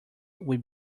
will